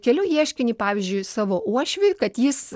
kelių ieškinį pavyzdžiui savo uošviui kad jis